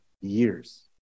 years